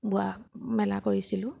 বোৱা মেলা কৰিছিলোঁ